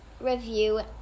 review